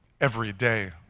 everyday